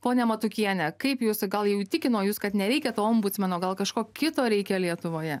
ponia matukienė kaip jūs gal jau įtikino jus kad nereikia to ombudsmeno gal kažko kito reikia lietuvoje